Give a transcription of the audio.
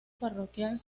parroquial